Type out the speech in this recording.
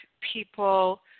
people